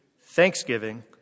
thanksgiving